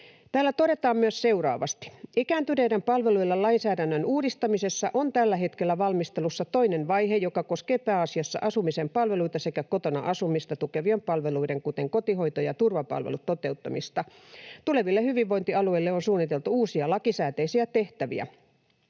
Täällä todetaan myös seuraavasti: ”Ikääntyneiden palveluiden lainsäädännön uudistamisessa on tällä hetkellä valmistelussa toinen vaihe, joka koskee pääasiassa asumisen palveluita sekä kotona asumista tukevien palveluiden, kuten kotihoito- ja turvapalvelut, toteuttamista. Tuleville hyvinvointialueille on suunniteltu uusia lakisääteisiä tehtäviä.